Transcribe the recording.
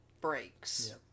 breaks